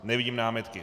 Nevidím námitky.